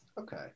Okay